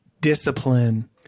discipline